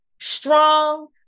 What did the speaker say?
strong